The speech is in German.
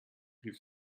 rief